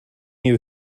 you